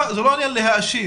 לא, אני לא מאשים.